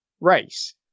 race